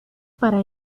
para